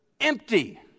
empty